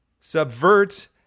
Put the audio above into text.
subvert